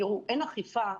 תראו, אין אכיפה.